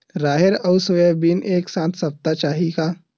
राहेर अउ सोयाबीन एक साथ सप्ता चाही का?